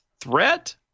threat